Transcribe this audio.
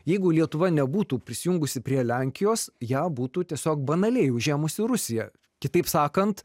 jeigu lietuva nebūtų prisijungusi prie lenkijos ją būtų tiesiog banaliai užėmusi rusija kitaip sakant